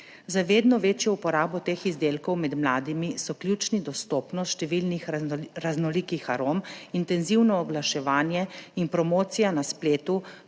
Za vedno večjo uporabo teh izdelkov med mladimi so ključni dostopnost številnih raznolikih arom, intenzivno oglaševanje in promocija na spletu,